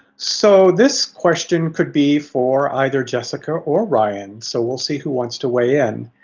so this question could be for either jessica or ryan, so we'll see who wants to weigh in.